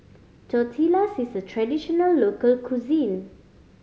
tortillas is a traditional local cuisine